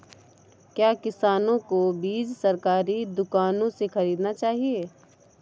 क्या किसानों को बीज सरकारी दुकानों से खरीदना चाहिए?